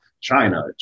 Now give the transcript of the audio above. China